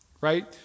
right